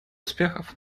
успехов